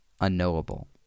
unknowable